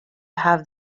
have